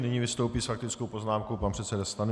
Nyní vystoupí s faktickou poznámkou pan předseda Stanjura.